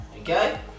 okay